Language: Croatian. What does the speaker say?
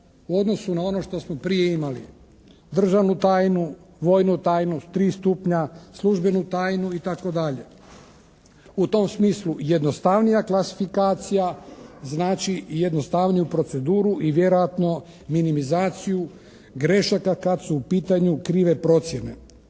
u odnosu na ono što smo prije imali. Državnu tajnu, vojnu tajnu, tri stupnja, službenu tajnu i tako dalje. U tom smislu jednostavnija klasifikacija znači i jednostavniju proceduru i vjerojatno minimizaciju grešaka kad su u pitanju krive procjene.